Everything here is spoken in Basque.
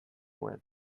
nuen